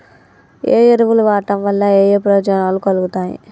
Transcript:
ఏ ఎరువులు వాడటం వల్ల ఏయే ప్రయోజనాలు కలుగుతయి?